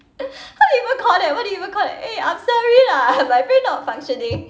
how do you even call that what do you even call that eh I'm sorry lah my brain not functioning